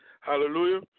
Hallelujah